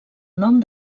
nom